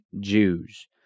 Jews